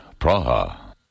Praha